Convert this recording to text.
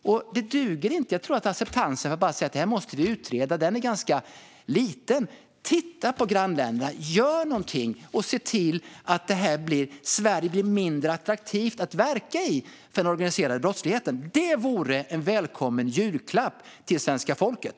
Jag tror att acceptansen för att man bara säger att det måste utredas är ganska liten. Titta på grannländerna! Gör någonting, och se till att Sverige blir mindre attraktivt att verka i för den organiserade brottsligheten! Det vore en välkommen julklapp till svenska folket.